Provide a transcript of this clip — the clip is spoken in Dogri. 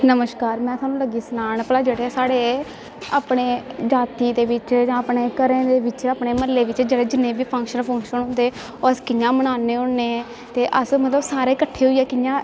नमस्कार में थुआनू लगी सनान भला जेह्ड़े साढ़े अपने जाति दे बिच्च जां अपने घरें दे बिच्च अपने म्हल्ले बिच्च अपने जि'न्ने बी फंक्शन फुंक्शन होंदे ओह् अस कि'यां मनान्ने होन्ने ते अस मतलब सारे कट्ठे होइयै कि'यां